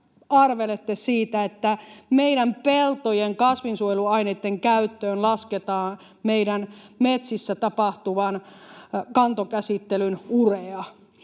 arvelette siitä, että meidän peltojen kasvinsuojeluaineiden käyttöön lasketaan meidän metsissä tapahtuvan kantokäsittelyn urea